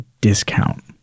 discount